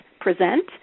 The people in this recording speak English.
present